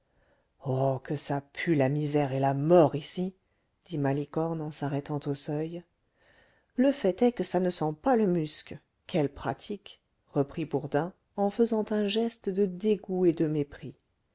oh que ça pue la misère et la mort ici dit malicorne en s'arrêtant au seuil le fait est que ça ne sent pas le musc quelles pratiques reprit bourdin en faisant un geste de dégoût et de mépris